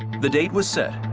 the date was set,